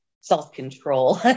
self-control